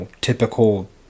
typical